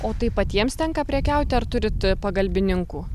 o tai patiems tenka prekiauti ar turit pagalbininkų